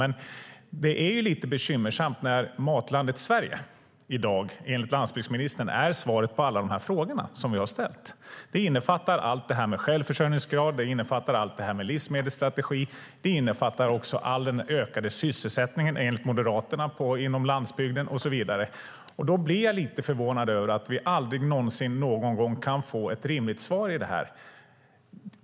Men det är lite bekymmersamt när Matlandet Sverige i dag enligt landsbygdsministern är svaret på alla de frågor som jag har ställt. Det innefattar allt detta med självförsörjningsgrad, det innefattar allt detta med livsmedelsstrategi, det innefattar också all den ökade sysselsättning som man enligt Moderaterna får inom landsbygden och så vidare. Då blir jag lite förvånad över att vi aldrig någon gång kan få ett rimligt svar.